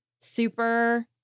super